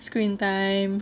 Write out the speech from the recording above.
screen time